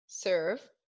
serve